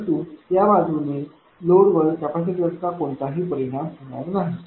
परंतु या बाजूने लोड वर कॅपिसिटरचा कोणताही परिणाम होणार नाही